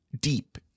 deep